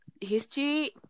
history